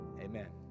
amen